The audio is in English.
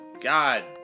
God